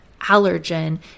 allergen